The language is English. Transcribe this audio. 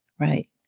Right